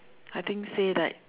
I think say like